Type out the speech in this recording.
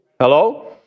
Hello